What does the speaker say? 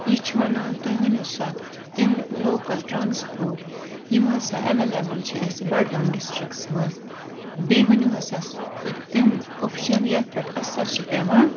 یہِ چھُ وَنان تُہۍ ؤنِو سا تِم لوکَل ٹرانسپوٹ یِم ہَسا اَویلیبل چھِ اَسہِ بَڈگام ڈِسٹرکَس مَنٛز بیٚیہِ ؤنِو ہَسا تُہۍ تِم آفشَن یتھ پیٚٹھ اَثَر چھُ پیٚوان